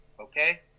Okay